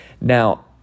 Now